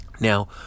now